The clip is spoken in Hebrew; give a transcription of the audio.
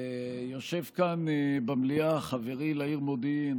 יושב כאן במליאה חברי לעיר מודיעין,